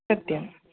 सत्यम्